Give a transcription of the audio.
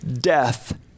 death